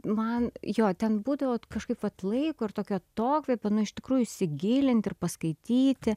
man jo ten būdavo kažkaip vat laiko ir tokio atokvėpio nu iš tikrųjų įsigilinti ir paskaityti